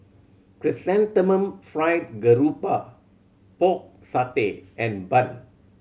Chrysanthemum Fried Garoupa Pork Satay and bun